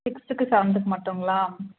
சிக்ஸ்த்துக்கு செவன்துக்கு மட்டுங்களா